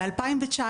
ב-2019,